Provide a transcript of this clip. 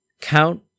Count